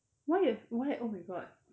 why you have why oh my god